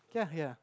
ya ya